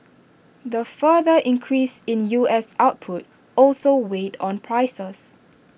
the further increase in U S output also weighed on prices